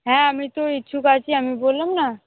হ্যাঁ আমি তো ইচ্ছুক আছি আমি বললাম না